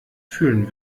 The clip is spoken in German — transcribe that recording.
fühlen